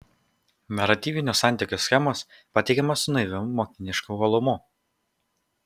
naratyvinių santykių schemos pateikiamos su naiviu mokinišku uolumu